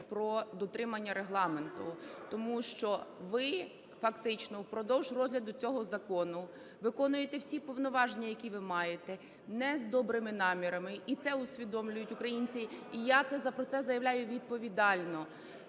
про дотримання Регламенту. Тому що ви фактично впродовж розгляду цього закону виконуєте всі повноваження, які ви маєте, не з добрими намірами, і це усвідомлюють українці, і я про це заявляю відповідально.